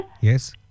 Yes